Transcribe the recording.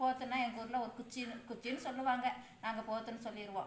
போத்துன்னா எங்கள் ஊரில் ஒரு குச்சின்னு குச்சின்னு சொல்லுவாங்க நாங்கள் போத்துன்னு சொல்லிருவோம்